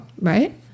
right